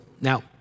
Now